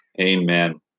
amen